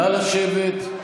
נא לשבת.